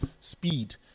Speed